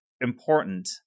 important